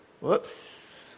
Whoops